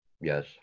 Yes